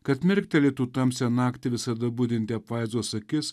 kad mirktelėtų tamsią naktį visada budinti apvaizdos akis